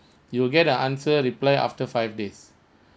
you will get the answer reply after five days